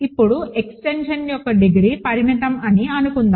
ఇప్పుడు ఎక్స్టెన్షన్ యొక్క డిగ్రీ పరిమితం అని అనుకుందాం